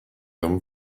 them